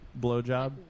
blowjob